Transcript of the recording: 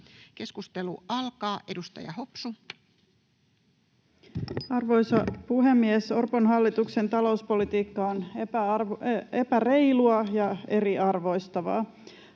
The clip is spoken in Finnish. Keskustelu alkaa. Edustaja Hopsu. Arvoisa puhemies! Orpon hallituksen talouspolitiikka on epäreilua ja eriarvoistavaa.